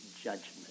judgment